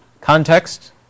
context